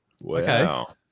Wow